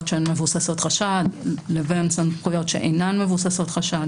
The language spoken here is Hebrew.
שמבוססות חשד לבין סמכויות שאינן מבוססות חשד.